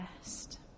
best